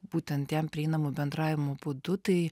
būtent jam prieinamu bendravimo būdu tai